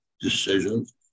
decisions